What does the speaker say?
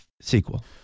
sequel